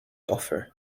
offer